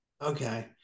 Okay